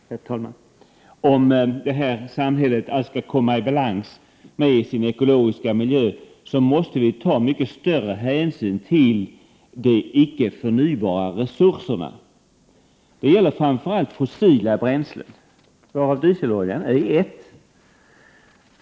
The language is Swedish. Herr talman! Om det här samhället alls skall komma i balans med sin ekologiska miljö måste vi ta mycket större hänsyn till de icke förnybara resurserna. Det gäller framför allt fossila bränslen, varav dieseloljan är ett.